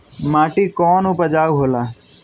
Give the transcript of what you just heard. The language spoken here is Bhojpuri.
माटी कौन उपजाऊ होला?